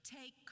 Take